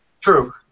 True